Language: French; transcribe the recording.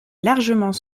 largement